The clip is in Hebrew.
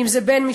אם זה בן-משפחה.